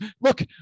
look